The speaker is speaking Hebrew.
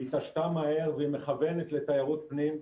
התעשתה מהר והיא מכוונת לתיירות פנים.